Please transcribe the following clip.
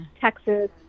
Texas